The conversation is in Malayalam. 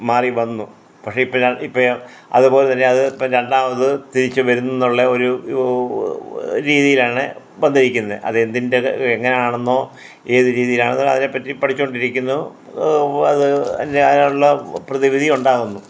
മാറി വന്നു പക്ഷേ ഇപ്പോഴാണ് ഇപ്പോഴാണ് അതുപോലെ തന്നെ അത് രണ്ടാമത് തിരിച്ച് വരുന്നൂന്നുള്ള ഒരു ഓ ഓ രീതിയിലാണ് വന്നിരിക്കുന്നത് അത് എന്തിൻ്റെ എങ്ങനെ ആണെന്നോ ഏത് രീതിയിലാണെന്നോ അതിനെപ്പറ്റി പഠിച്ചോണ്ടിരിക്കുന്നു അത് പിന്നെ അതിനുള്ള പ്രതിവിധിയുണ്ടാകുന്നു